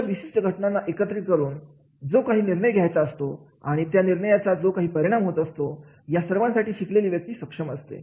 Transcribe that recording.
अशा विशिष्ट घटनांना एकत्रित करून जो काही निर्णय घ्यायचा असतो आणि त्या निर्णयाचा जो काही परिणाम होत असतो या सर्वांसाठी शिकलेली व्यक्ती सक्षम असते